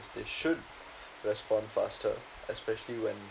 they should respond faster especially when